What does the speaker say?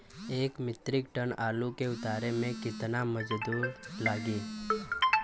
एक metric ton आलू के उतारे मे कितना मजदूर लागि?